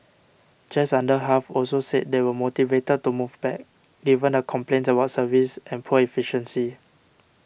just under half also said they were motivated to move back given the complaints about service and poor efficiency